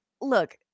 look